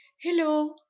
Hello